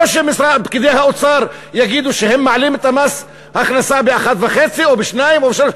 לא שפקידי האוצר יגידו שהם מעלים את מס הכנסה ב-1.5% ב-2% או ב-3%.